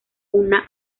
una